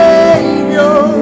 Savior